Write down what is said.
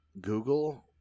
Google